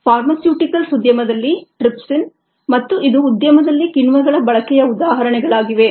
pharmaceuticals ಉದ್ಯಮದಲ್ಲಿ trypsin ಮತ್ತು ಇದು ಉದ್ಯಮದಲ್ಲಿ ಕಿಣ್ವಗಳ ಬಳಕೆಯ ಉದಾಹರಣೆಗಳಾಗಿವೆ